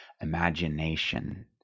imagination